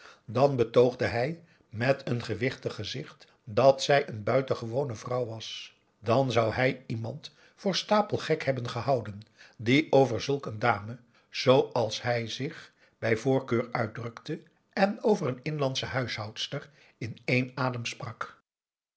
dan betoogde hij met een gewichtig gezicht dat zij een buitengewone vrouw was dan zou hij iemand voor stapelgek hebben gehouden die over zulk een dame zooals hij zich bij voorkeur uitdrukte en over een inlandsche huishoudster in één adem sprak